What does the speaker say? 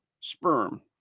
sperm